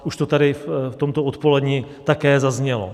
Už to tady v tomto odpoledni také zaznělo.